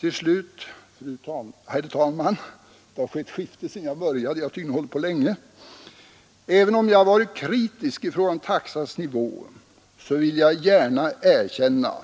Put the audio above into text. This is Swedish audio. Till slut, herr talman! Även om jag varit kritisk i fråga om taxans nivåer vill jag gärna erkänna